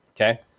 okay